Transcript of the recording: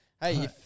hey